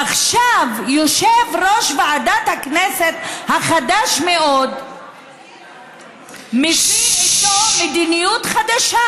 עכשיו יושב-ראש ועדת הכנסת החדש מאוד מביא איתו מדיניות חדשה.